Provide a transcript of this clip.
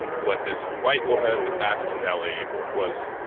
what this white woman asked nelly was,